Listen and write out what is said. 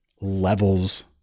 levels